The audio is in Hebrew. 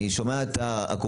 פשוט אני שומע פה את הקופות,